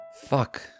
Fuck